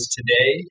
today